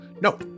No